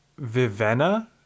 vivenna